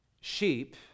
Sheep